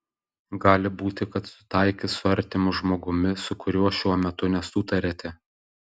gali būti kad sutaikys su artimu žmogumi su kuriuo šiuo metu nesutariate